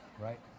Right